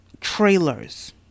Trailers